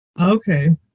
Okay